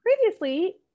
previously